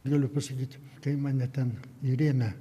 galiu pasakyt kai mane ten įrėmę